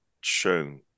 shown